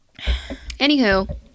Anywho